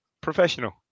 professional